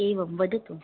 एवं वदतु